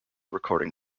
recording